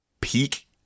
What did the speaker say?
peak